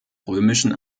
römischen